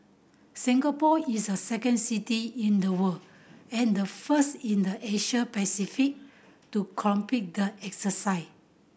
Singapore is a second city in the world and the first in the Asia Pacific to complete the exercise